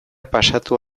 pasatu